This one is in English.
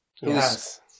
Yes